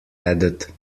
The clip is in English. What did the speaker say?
added